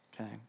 Okay